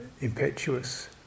impetuous